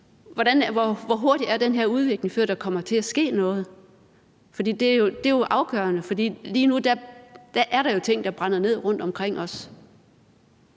Hvor hurtigt skal den her udvikling gå, før der kommer til at ske noget? Det er afgørende, for lige nu er der jo ting, der brænder sammen rundtomkring os.